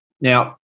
Now